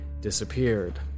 disappeared